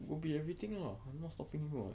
go be everything lah I'm not stopping you [what]